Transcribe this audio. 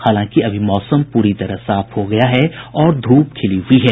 हालांकि अभी मौसम पूरी तरफ साफ हो गया है और धूप खिली हुई है